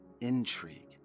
intrigue